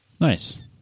Nice